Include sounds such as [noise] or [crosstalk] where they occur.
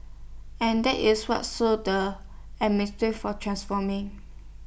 and that is what [unintelligible] the A mistreat for transforming